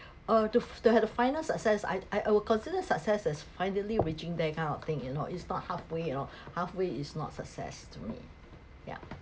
uh to f~ to have a final success I I will consider success as finally reaching there that kind of thing you know it's not halfway you know halfway is not success to me ya